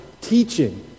teaching